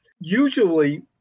Usually